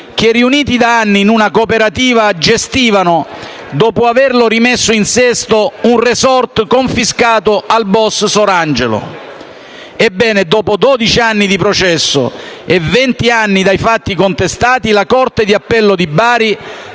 che, riuniti da anni in una cooperativa, gestivano, dopo averlo rimesso in sesto, un *resort* confiscato al *boss* Sorangelo. Ebbene, dopo dodici anni di processo e a vent'anni dai fatti contestati, la Corte d'appello di Bari